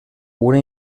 una